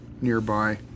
nearby